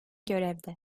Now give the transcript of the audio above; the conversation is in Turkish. görevde